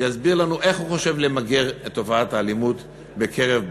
יסביר לנו איך הוא חושב למגר את תופעת האלימות מקרב בני-הנוער,